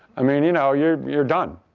i mean you know you're you're done.